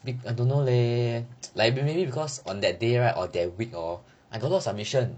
I don't know leh like maybe because on that day right or that week hor I got a lot of submission